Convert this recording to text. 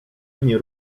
mnie